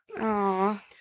Aw